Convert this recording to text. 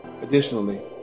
Additionally